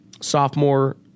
sophomore